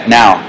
now